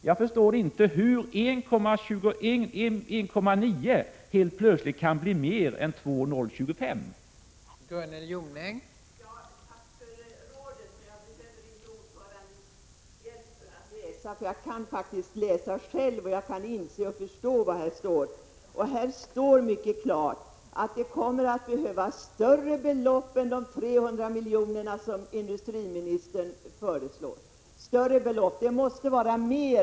Jag förstår inte hur 1,9 miljarder helt plötsligt kan bli mer än 2,025 miljarder.